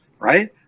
right